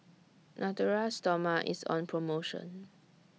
Natura Stoma IS on promotion